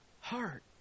heart